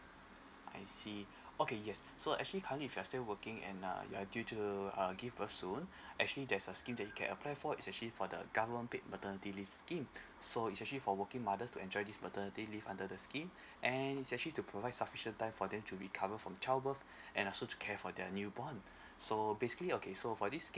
I see okay yes so actually currently if you're still working and uh you are due to uh give birth soon actually there's a scheme that you can apply for it's actually for the government paid maternity leave scheme so is actually for working mothers to enjoy this maternity leave under the scheme and is actually to provide sufficient time for them to recover from child birth and also to care for their new born so basically okay so for this scheme